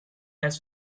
has